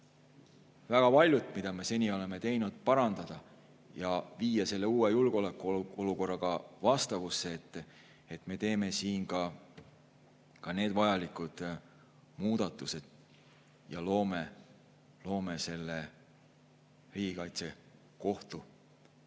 väga paljut, mida me seni oleme teinud, parandada ja viia uue julgeolekuolukorraga vastavusse, siis teeme siin ka need vajalikud muudatused ja loome selle Riigikaitsekohtu.